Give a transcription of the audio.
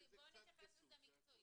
עולם תחתון.